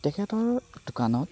তেখেতৰ দোকানত